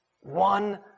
One